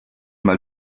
mal